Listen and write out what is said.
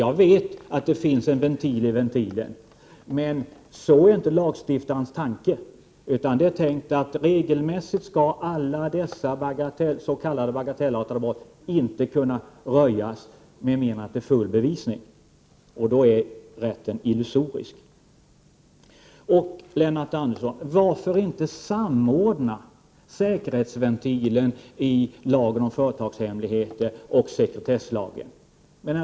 Jag vet att det finns en ventil i ventilen. Men detta är inte lagstiftarens tanke, utan tanken är att alla dessa s.k. bagatellartade brott regelmässigt inte skall kunna röjas med mindre än att det föreligger full bevisning. Därmed blir rätten illusorisk. Och, Lennart Andersson: Varför inte samordna säkerhetsventilen i lagen om företagshemligheter och sekretesslagen?